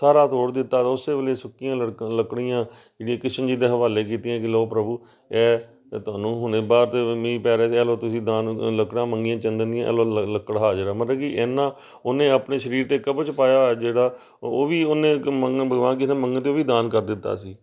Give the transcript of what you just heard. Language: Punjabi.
ਸਾਰਾ ਤੋੜ ਦਿੱਤਾ ਅਤੇ ਉਸੇ ਵੇਲੇ ਸੁੱਕੀਆਂ ਲੜਕਾਂ ਲੱਕੜੀਆਂ ਜਿਹੜੀਆਂ ਕ੍ਰਿਸ਼ਨ ਜੀ ਦੇ ਹਵਾਲੇ ਕੀਤੀਆਂ ਕਿ ਲਓ ਪ੍ਰਭੂ ਇਹ ਤੁਹਾਨੂੰ ਹੁਣੇ ਬਾਹਰ ਤੇ ਮੀਂਹ ਪੈ ਰਿਹਾ ਇਹ ਲਓ ਤੁਸੀਂ ਦਾਨ ਲੱਕੜਾਂ ਮੰਗੀਆਂ ਚੰਦਨ ਦੀਆਂ ਇਹ ਲਓ ਲ ਲੱਕੜ ਹਾਜ਼ਰ ਆ ਮਤਲਬ ਕਿ ਇੰਨਾ ਉਹਨੇ ਆਪਣੇ ਸਰੀਰ 'ਤੇ ਕਵਚ ਪਾਇਆ ਹੋਇਆ ਜਿਹੜਾ ਉਹ ਵੀ ਉਹਨੇ ਮਗ ਭਗਵਾਨ ਕ੍ਰਿਸ਼ਨ ਮੰਗਣ 'ਤੇ ਦਾਨ ਕਰ ਦਿੱਤਾ ਸੀ